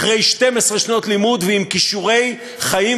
אחרי 12 שנות לימוד ועם כישורי חיים